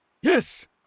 Yes